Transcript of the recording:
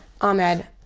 Ahmed